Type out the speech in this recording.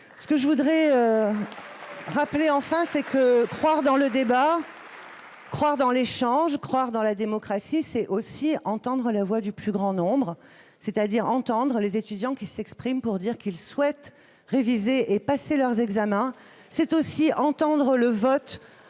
Enfin, je voudrais rappeler que croire dans le débat, croire dans l'échange, croire dans la démocratie, c'est aussi entendre la voix du plus grand nombre, c'est-à-dire celle des étudiants qui s'expriment pour dire qu'ils souhaitent réviser et passer leurs examens. Ils veulent